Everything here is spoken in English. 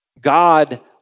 God